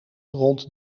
rond